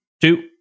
two